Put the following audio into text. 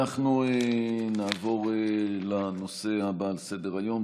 אנחנו נעבור לנושא הבא על סדר-היום,